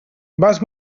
vas